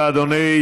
תודה רבה, אדוני.